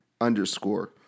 underscore